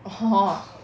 orh